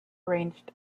ranged